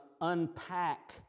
unpack